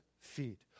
feet